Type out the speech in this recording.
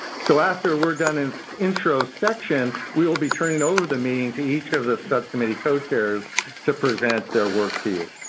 so, after we're done in introspection we will be turning over the meeting to each of the subcommittee co-chairs to present their work to you.